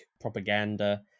propaganda